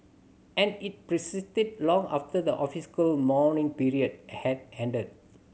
and it persisted long after the mourning period had ended